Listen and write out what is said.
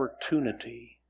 opportunity